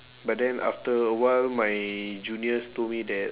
but then after a while my juniors told me that